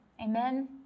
Amen